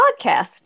podcast